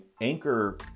Anchor